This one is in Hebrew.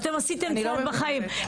ואתן עשיתן צעד בחיים,